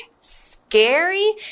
scary